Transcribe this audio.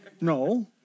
no